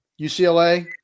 UCLA